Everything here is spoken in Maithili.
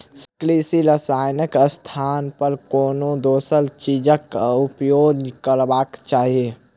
कृषि रसायनक स्थान पर कोनो दोसर चीजक उपयोग करबाक चाही